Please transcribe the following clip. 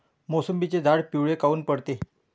मोसंबीचे झाडं पिवळे काऊन पडते?